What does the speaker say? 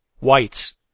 whites